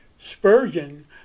Spurgeon